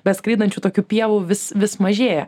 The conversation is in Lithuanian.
be skraidančių tokių pievų vis vis mažėja